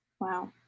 Wow